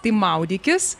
tai maudykis